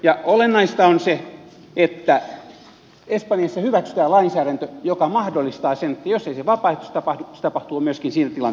ja olennaista on se että espanjassa hyväksytään lainsäädäntö joka mahdollistaa sen että jos ei se vapaaehtoisesti tapahdu se tapahtuu siinä tilanteessa myöskin pakolla